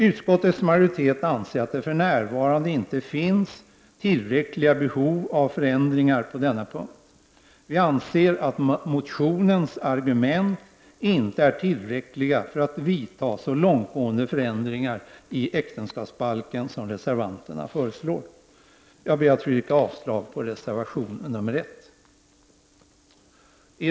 Utskottets majoritet anser att det för närvarande inte finns tillräckliga be hov av förändringar på denna punkt. Vi anser att motionens argument inte är tillräckliga för att vidta så långtgående förändringar i äktenskapsbalken som reservanterna föreslår. Jag ber att få yrka avslag på reservation 1.